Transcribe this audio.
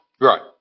Right